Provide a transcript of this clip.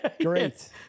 Great